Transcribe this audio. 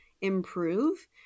improve